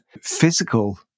physical